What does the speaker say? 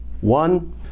One